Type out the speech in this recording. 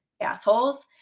assholes